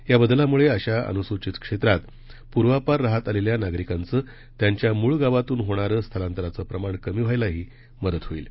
या बदलामुळे अशा अनुसूचित क्षेत्रात पूर्वापार राहत आलेल्या नागरिकांचं त्यांच्या मूळ गावातून होणारं स्थलांतराचं प्रमाण कमी व्हायलाही मदत होईल